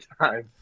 time